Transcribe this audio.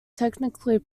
technically